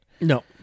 No